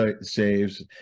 saves